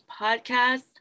podcast